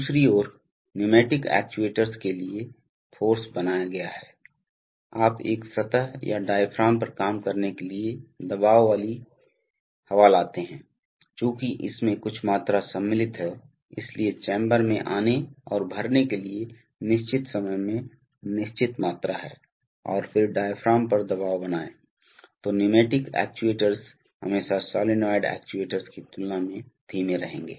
दूसरी ओर pneumatic actuators के लिए फ़ोर्स बनाया गया है आप एक सतह या डायाफ्राम पर काम करने के लिए दबाव वाली हवा लाते हैं चूंकि इसमें कुछ मात्रा सम्मिलित है इसलिए चेंबर में आने और भरने के लिए निश्चित समय में निश्चित मात्रा है और फिर डायाफ्राम पर दबाव बनाएं तो न्यूमैटिक एक्ट्यूएटर्स हमेशा एक्ट्यूएटर्स की तुलना में धीमे रहेगे